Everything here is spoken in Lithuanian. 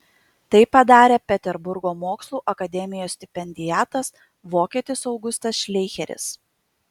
tai padarė peterburgo mokslų akademijos stipendiatas vokietis augustas šleicheris